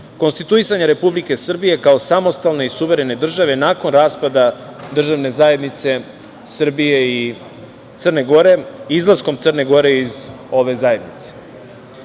konstituisanja Republike Srbije kao samostalne i suverene države nakon raspada Državne zajednice Srbije i Crne Gore, izlaskom Crne Gore iz ove zajednice.